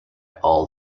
all